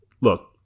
Look